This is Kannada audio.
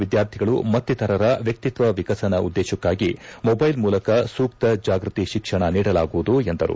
ವಿದ್ಯಾರ್ಥಿಗಳು ಮತ್ತಿತರರ ವ್ಯಕ್ತಿತ್ವ ವಿಕಸನ ಉದ್ದೇಶಕ್ಕಾಗಿ ಮೊಬೈಲ್ ಮೂಲಕ ಸೂಕ್ತ ಜಾಗೃತಿ ಶಿಕ್ಷಣ ನೀಡಲಾಗುವುದು ಎಂದರು